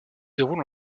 déroule